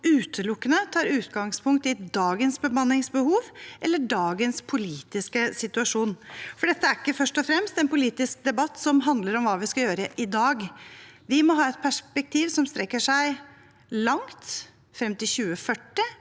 utelukkende tar utgangspunkt i dagens bemanningsbehov eller dagens politiske situasjon, for dette er ikke først og fremst en politisk debatt som handler om hva vi skal gjøre i dag. Vi må ha et perspektiv som strekker seg langt, frem til 2040